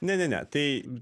ne ne ne tai